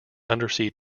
undersea